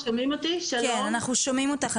אנחנו שומעים אותך.